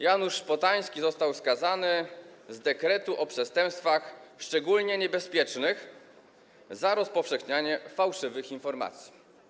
Janusz Szpotański został skazany na podstawie dekretu o przestępstwach szczególnie niebezpiecznych za rozpowszechnianie fałszywych informacji.